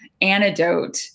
antidote